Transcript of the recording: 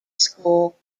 school